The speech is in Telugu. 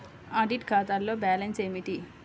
ఆడిట్ ఖాతాలో బ్యాలన్స్ ఏమిటీ?